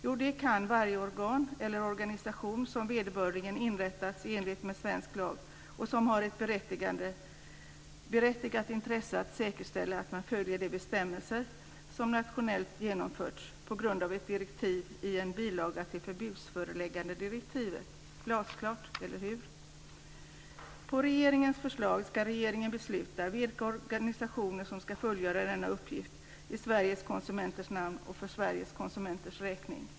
Jo, det kan varje organ eller organisation som vederbörligen inrättats i enlighet med svensk lag och som har ett berättigat intresse av att säkerställa att man följer de bestämmelser som nationellt genomförts på grund av direktiv i en bilaga till förbudsföreläggandedirektivet. Glasklart, eller hur? På regeringens förslag ska regeringen besluta vilka organisationer som ska fullgöra denna uppgift i Sveriges konsumenters namn och för Sveriges konsumenters räkning.